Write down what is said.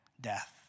death